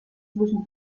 zwischen